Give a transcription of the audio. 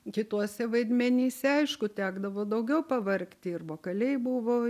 kituose vaidmenyse aišku tekdavo daugiau pavargti ir vokaliai buvo